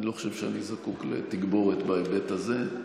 אני לא חושב שאני זקוק לתגבורת בהיבט הזה.